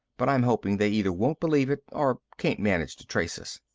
but i'm hoping they either won't believe it or can't manage to trace us.